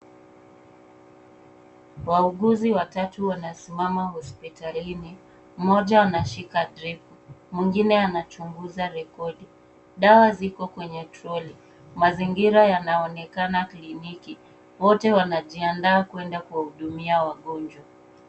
Wauguzi watatu wanasimama hospitalini, mmoja anashika drip , mwingine anachunguza rekodi. Dawa ziko kwenye troli. Mazingira yanaonekana kliniki. Wote wanajiandaa kuenda kuwahudumia wagonjwa.